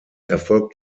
erfolgt